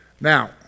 Now